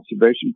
observation